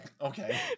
okay